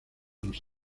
los